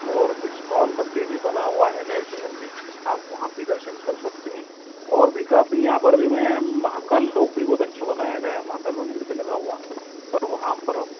और इस्कॉन मंदिर भी बना हुआ है नए शहर में आप वहाँ पे दर्शन कर सकते हैं और भी काफ़ी यहाँ पर भी मैम महाकाल लोक भी बहुत अच्छा बनाया गया है महाकाल मंदिर से लगा हुआ और वहाँ पर